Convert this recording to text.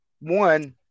one